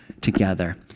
together